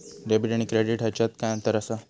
Debit आणि credit ह्याच्यात काय अंतर असा?